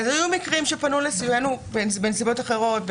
אז כבר היו מקרים שפנו לקבל מאיתנו סיוע בנסיבות אחרות.